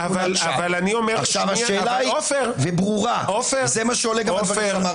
עכשיו השאלה היא ברורה וזה מה שעולה גם מהדברים שנאמר.